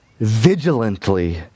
vigilantly